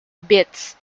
bits